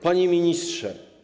Panie Ministrze!